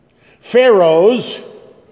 Pharaohs